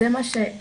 זה מה שקשה,